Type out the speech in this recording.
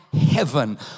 heaven